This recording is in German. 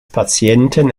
patienten